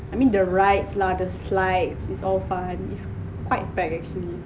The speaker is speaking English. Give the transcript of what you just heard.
I mean the rides lah the slides is all fun it's quite packed actually